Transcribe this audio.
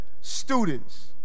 students